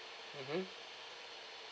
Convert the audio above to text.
mmhmm